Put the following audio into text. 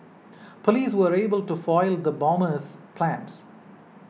police were able to foil the bomber's plans